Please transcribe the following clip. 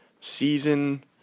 Season